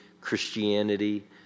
Christianity